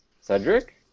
Cedric